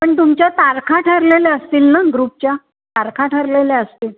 पण तुमच्या तारखा ठरलेल्या असतील ना ग्रुपच्या तारखा ठरलेल्या असतील